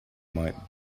might